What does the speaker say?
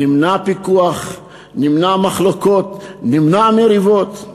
נמנע פיקוח, נמנע מחלוקות, נמנע מריבות.